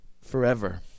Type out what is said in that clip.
forever